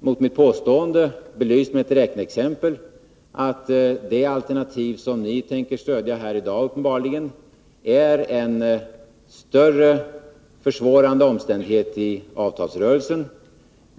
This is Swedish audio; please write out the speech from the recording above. mot mitt påstående, belyst med ett räkneexempel, att det alternativ som socialdemokraterna uppenbarligen tänker stödja här i dag är en försvårande omständighet i avtalsrörelsen.